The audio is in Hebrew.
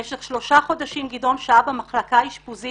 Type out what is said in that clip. במשך שלושה חודשים גדעון שהה במחלה אשפוזית